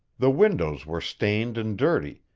the windows were stained and dirty,